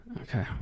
Okay